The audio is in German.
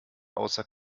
außer